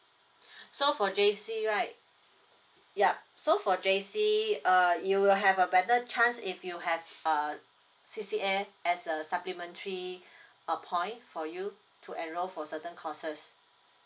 so for J_C right yup so for J_C uh you will have a better chance if you have uh C_C_A as a supplementary uh point for you to enroll for certain courses